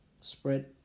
spread